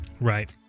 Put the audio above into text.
Right